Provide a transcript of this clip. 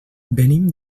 venim